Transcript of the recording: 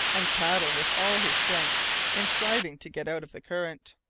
and paddle with all his strength in striving to get out of the current.